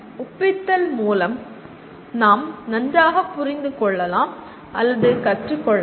ஒப்பித்தல் மூலம் நாம் நன்றாக புரிந்து கொள்ளலாம் அல்லது கற்றுக்கொள்ளலாம்